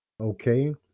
okay